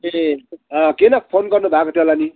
ए अँ किन फोन गर्नुभएको थियो होला नि